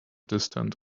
distant